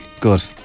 Good